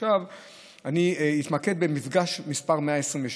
עכשיו אני אתמקד במפגש מס' 126,